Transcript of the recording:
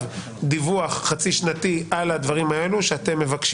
דיווח חצי שנתי על הדברים האלה שאתם מבקשים.